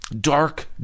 dark